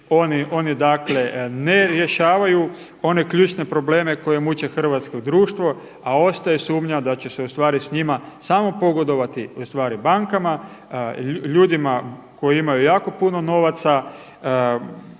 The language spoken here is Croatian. Oni dakle ne rješavaju one ključne probleme koji muče hrvatsko društvo a ostaje sumnja da će se ustvari s njima samo pogodovati ustvari bankama, ljudima koji imaju jako puno novaca,